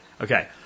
Okay